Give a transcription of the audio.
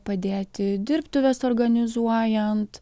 padėti dirbtuves organizuojant